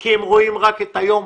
כי הם רואים רק את היום.